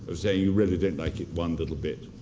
of saying you really don't like one little bit,